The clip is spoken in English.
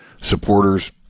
supporters